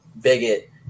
bigot